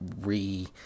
re-